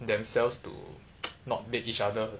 themselves to not bed each other